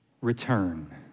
Return